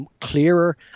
clearer